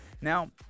now